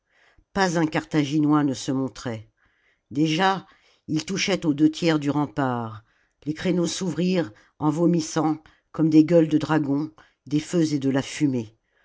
pas un carthaginois ne se montrait déjà ils touchaient aux deux tiers du rempart les créneaux s'ouvrirent en vomissant comme des gueules de dragon des feux et de la fumée